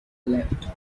leapt